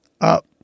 up